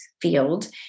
field